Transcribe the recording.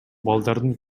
балдардын